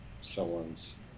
someone's